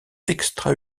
extra